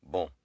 Bom